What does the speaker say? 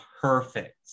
perfect